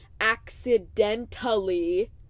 ACCIDENTALLY